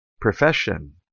profession